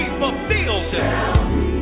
fulfilled